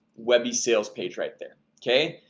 webby sales page right there. okay.